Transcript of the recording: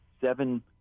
seven